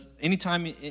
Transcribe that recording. Anytime